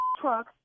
truck